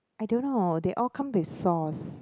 I don't know they all come with sauce